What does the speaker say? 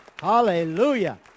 Hallelujah